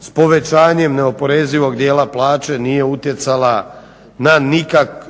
s povećanjem neoporezivog dijela plaće nije utjecala na